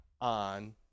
on